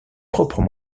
propres